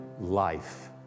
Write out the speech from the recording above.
life